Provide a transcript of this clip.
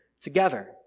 together